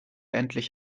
endlich